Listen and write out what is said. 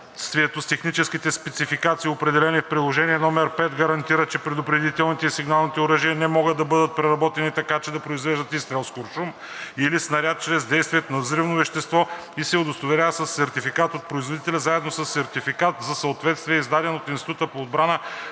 с техническите спецификации, определени в Приложение № 5, гарантира, че предупредителните и сигналните оръжия не могат да бъдат преработени така, че да произвеждат изстрел с куршум или снаряд чрез действието на взривно вещество, и се удостоверява със сертификат от производителя, заедно със сертификат за съответствие, издаден от Института по отбрана